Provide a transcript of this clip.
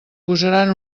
posaran